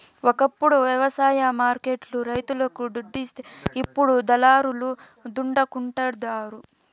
ఒకప్పుడు వ్యవసాయ మార్కెట్ లు రైతులకు దుడ్డిస్తే ఇప్పుడు దళారుల దండుకుంటండారు